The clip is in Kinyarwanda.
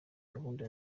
gahunda